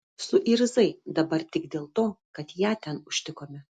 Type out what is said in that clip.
suirzai dabar tik dėl to kad ją ten užtikome